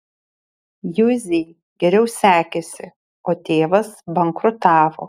juzei geriau sekėsi o tėvas bankrutavo